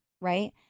right